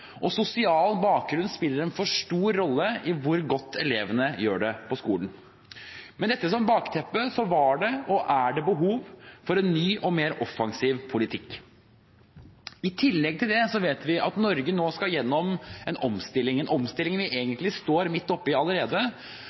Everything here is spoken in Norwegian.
og sosial bakgrunn spiller en for stor rolle i hvor godt elevene gjør det på skolen. Med dette som bakteppe var og er det behov for en ny og mer offensiv politikk. I tillegg vet vi at Norge nå skal gjennom en omstilling. En omstilling vi egentlig står midt oppi allerede,